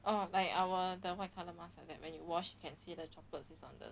oh like our the white colour mask like when you wash you can see like the droplets is on the